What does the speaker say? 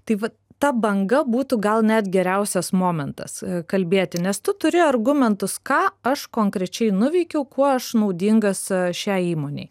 tai vat ta banga būtų gal net geriausias momentas kalbėti nes tu turi argumentus ką aš konkrečiai nuveikiau kuo aš naudingas šiai įmonei